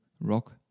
Rock